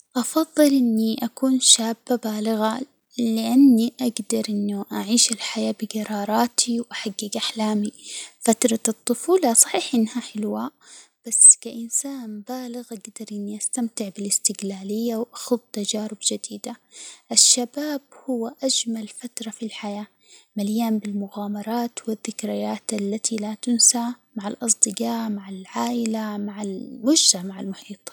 أفضل إني أكون شابة بالغة، لإني أجدر إني أعيش الحياة بجراراتي وأحجج أحلامي، فترة الطفولة صحيح إنها حلوة، بس كإنسان بالغ أجدر إني أستمتع بالاستجلالية وأخوض تجارب جديدة، الشباب هو أجمل فترة في الحياة، مليان بالمغامرات، والذكريات التي لا تنسى مع الأصدجاء، مع العائلة، مع المجتمع المحيط.